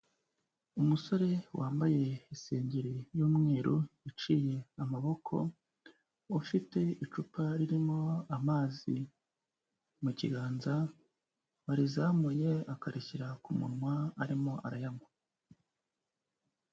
Umusore wambaye isengeri y'umweru iciye amaboko, ufite icupa ririmo amazi mu kiganza, warizamuye akarishyira ku munwa, arimo arayanywa.